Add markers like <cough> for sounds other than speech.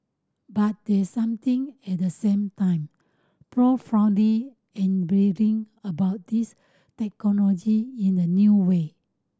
but there's something at the same time <unintelligible> enabling about these technology in a new way